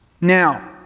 now